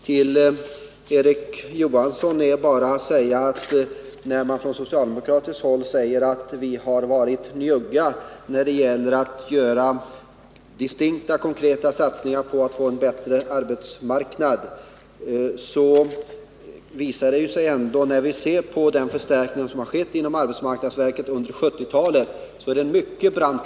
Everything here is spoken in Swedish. Till Erik Johansson i Simrishamn är bara att säga att när man från socialdemokratiskt håll anklagar oss för att vi har varit för njugga när det gäller att göra konkreta satsningar på en bättre arbetsmarknad, så visar det sig ju ändå att den förstärkning som har gjorts inom arbetsmarknadsverket under 1970-talet har varit betydande.